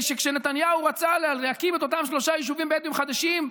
כשנתניהו רצה להקים את אותם שלושה יישובים בדואיים חדשים,